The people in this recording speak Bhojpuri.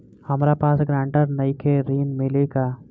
हमरा पास ग्रांटर नईखे ऋण मिली का?